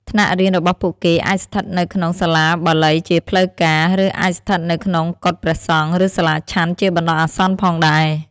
ថ្នាក់រៀនរបស់ពួកគេអាចស្ថិតនៅក្នុងសាលាបាលីជាផ្លូវការ ឬអាចស្ថិតនៅក្នុងកុដិព្រះសង្ឃ ឬសាលាឆាន់ជាបណ្ដោះអាសន្នផងដែរ។